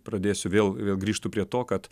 pradėsiu vėl vėl grįžtu prie to kad